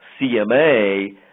CMA